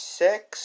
six